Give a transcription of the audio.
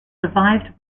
survived